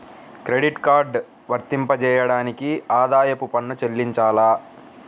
Credit card వర్తింపజేయడానికి ఆదాయపు పన్ను చెల్లించాలా?